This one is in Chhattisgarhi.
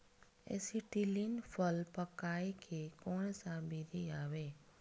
एसीटिलीन फल पकाय के कोन सा विधि आवे?